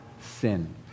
sin